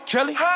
Kelly